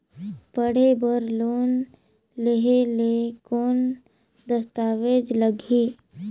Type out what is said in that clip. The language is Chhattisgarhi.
पढ़े बर लोन लहे ले कौन दस्तावेज लगही?